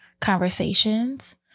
conversations